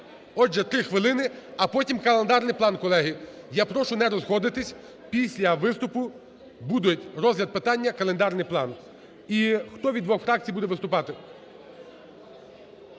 Отже, три хвилини. А потім календарний план, колеги. Я прошу не розходитись, після виступу буде розгляд питання "Календарний план". І хто від двох фракцій буде виступати?